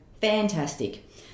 fantastic